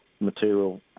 material